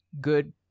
good